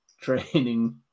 training